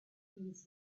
these